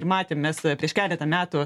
ir matėm mes prieš keletą metų